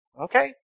Okay